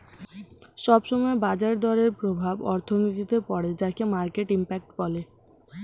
সব সময় বাজার দরের প্রভাব অর্থনীতিতে পড়ে যাকে মার্কেট ইমপ্যাক্ট বলে